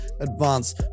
advance